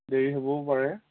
দেৰি হ'বও পাৰে